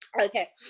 Okay